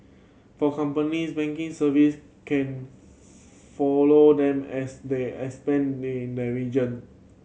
for companies banking service can follow them as they expand in the region